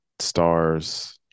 stars